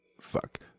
Fuck